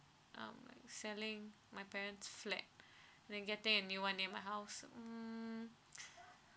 I might selling my parents flat then getting a new one in my house hmm